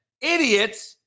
Idiots